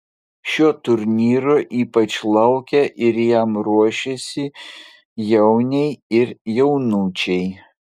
šio turnyro ypač laukia ir jam ruošiasi jauniai ir jaunučiai